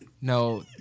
No